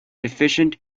efficient